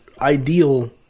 ideal